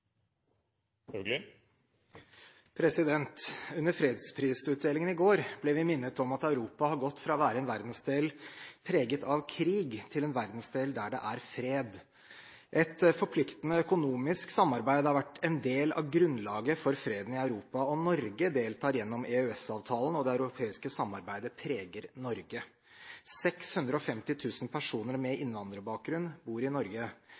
omme. Under fredsprisutdelingen i går ble vi minnet om at Europa har gått fra å være en verdensdel preget av krig til å være en verdensdel der det er fred. Et forpliktende økonomisk samarbeid har vært en del av grunnlaget for freden i Europa. Norge deltar gjennom EØS-avtalen, og det europeiske samarbeidet preger Norge. 650 000 personer med innvandrerbakgrunn bor i Norge.